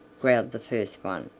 growled the first one.